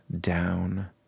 down